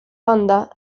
banda